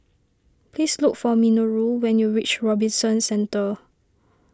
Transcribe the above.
please look for Minoru when you reach Robinson Centre